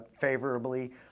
favorably